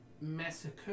massacre